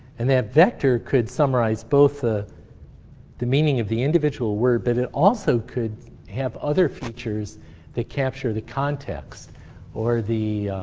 and that vector could summarize both the the meaning of the individual word, but it also could have other features that capture the context or the